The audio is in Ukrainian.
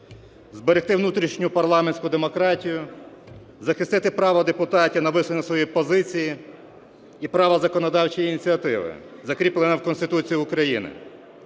зберегти внутрішню парламентську демократію, захистити право депутатів на висловлення своєї позиції і права законодавчої ініціативи, закріпленого в Конституції України.